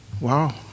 Wow